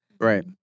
right